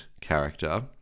character